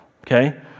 Okay